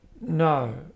no